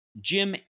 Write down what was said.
Jim